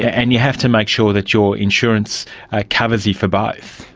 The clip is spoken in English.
and you have to make sure that your insurance covers you for both.